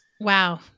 wow